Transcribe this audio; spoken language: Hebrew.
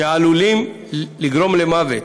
שעלולים לגרום למוות.